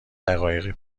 دقایقی